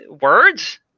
words